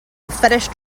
fetish